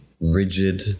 rigid